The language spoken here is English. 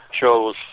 chose